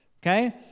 Okay